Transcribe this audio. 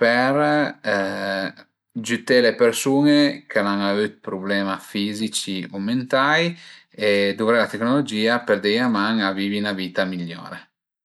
për giüté le persun-e ch'al an avü d'prublema fizici o mentai e duvré la tecnologìa për deie 'na man a vivi 'na vita migliore